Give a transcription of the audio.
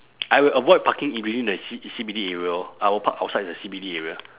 I will avoid parking within the C C_B_D area orh I will park outside the C_B_D area